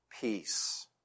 peace